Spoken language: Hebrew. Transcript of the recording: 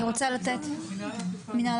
מנהל